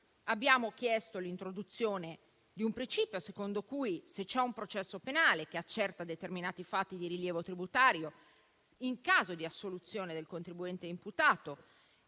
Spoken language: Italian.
abbiamo chiesto l'introduzione di un principio secondo cui, se c'è un processo penale che accerta determinati fatti di rilievo tributario, in caso di assoluzione del contribuente imputato,